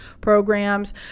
programs